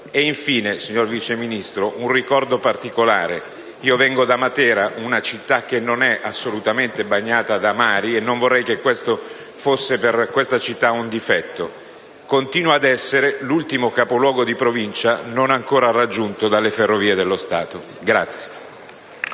Infine, signor Sottosegretario, un ricordo particolare: vengo da Matera, una città che non è assolutamente bagnata dal mare (e non vorrei che questo fosse un difetto) e che continua ad essere l'ultimo capoluogo di provincia non ancora raggiunto dalle Ferrovie dello Stato.